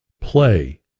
play